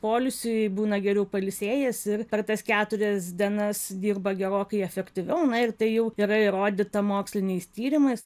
poilsiui būna geriau pailsėjęs ir per tas keturias dienas dirba gerokai efektyviau na ir tai jau yra įrodyta moksliniais tyrimais